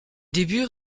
début